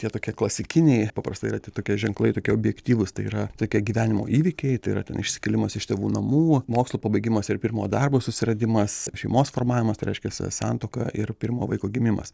tie tokie klasikiniai paprastai yra tie tokie ženklai tokie objektyvūs tai yra tokie gyvenimo įvykiai tai yra ten išsikėlimas iš tėvų namų mokslų pabaigimas ir pirmo darbo susiradimas šeimos formavimas tai reiškiasi santuoką ir pirmo vaiko gimimas